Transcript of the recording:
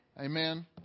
Amen